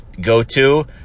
go-to